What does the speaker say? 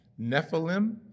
Nephilim